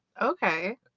Okay